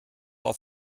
auf